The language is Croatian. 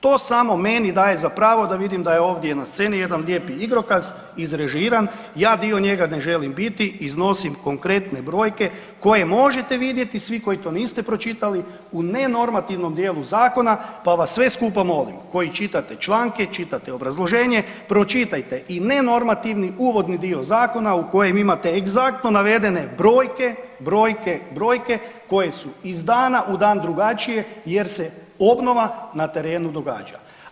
To samo meni daje za pravo da vidim da je ovdje na sceni jedan lijepi igrokaz, izrežiran, ja dio njega ne želim biti, iznosim konkretne brojke, koje možete vidjeti svi koji to niste pročitali, u nenormativnom dijelu zakona, pa vas sve skupa molim, koji čitate članke, čitate obrazloženje, pročitajte i nenormativni uvodni dio Zakona u kojem imate egzaktno navedene brojke, brojke, brojke, koje su iz dana u dan drugačije, jer se obnova na terenu događa.